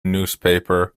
newspaper